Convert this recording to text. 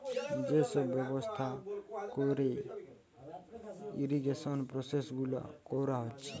যে সব ব্যবস্থা কোরে ইরিগেশন প্রসেস গুলা কোরা হচ্ছে